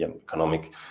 economic